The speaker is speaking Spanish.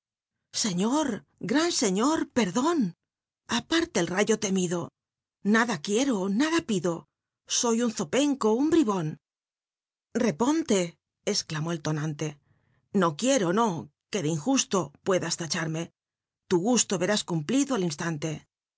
selior gran sclior pcrdonl aparta el rayo temido nada quiero nada pido soy un zopenco un bribon reponte exclamó el tonan le no quiero no que de injusto pueda tarme tu gusto verás cumplitlo al instante